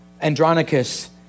Andronicus